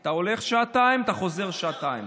אתה הולך שעתיים, אתה חוזר שעתיים.